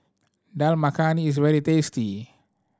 Dal Makhani is very tasty